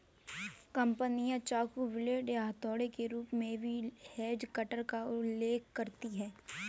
कंपनियां चाकू, ब्लेड या हथौड़े के रूप में भी हेज कटर का उल्लेख करती हैं